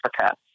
Africa